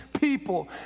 people